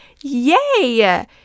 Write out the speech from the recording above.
yay